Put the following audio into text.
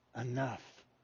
Enough